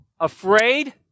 Afraid